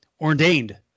ordained